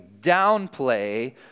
downplay